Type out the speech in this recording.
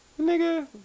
nigga